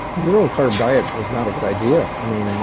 zero carb diet is not a good idea. i mean,